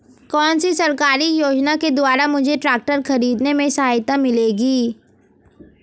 कौनसी सरकारी योजना के द्वारा मुझे ट्रैक्टर खरीदने में सहायता मिलेगी?